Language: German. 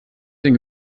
denn